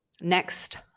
Next